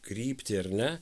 kryptį ar ne